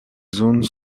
zones